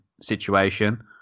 situation